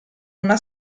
una